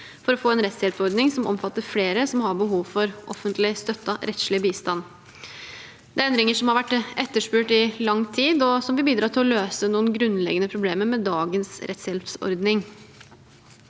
for å få en rettshjelpsordning som omfatter flere med behov for offentlig støttet rettslig bistand. Det er endringer som har vært etterspurt i lang tid, og som vil bidra til å løse noen grunnleggende problemer med dagens rettshjelpsordning.